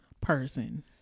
person